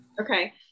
Okay